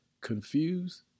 confused